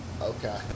Okay